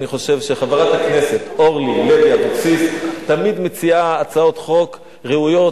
אני חושב שחברת הכנסת אורלי לוי אבקסיס תמיד מציעה הצעות חוק ראויות,